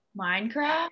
Minecraft